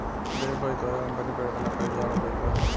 देख भाई तोरा कंपनी पर एतना कर्जा हो गइल बा